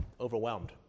overwhelmed